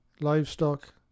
livestock